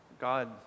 God